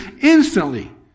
instantly